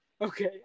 Okay